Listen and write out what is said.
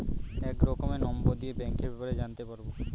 এক রকমের নম্বর দিয়ে ব্যাঙ্কের ব্যাপারে জানতে পারবো